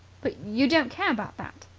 but you don't care about that,